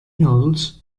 adults